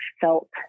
felt